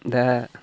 दा